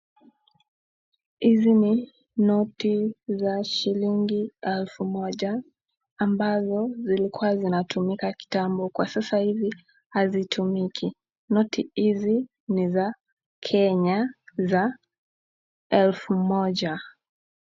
Hizi ni noti za shilingi elfu moja ambazo zilikuwa zinatumika kitambo kwa sasa hivi hazitumiki . Noti hizi ni za Kenya za elfu moja .